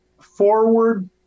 forward